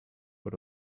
but